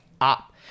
up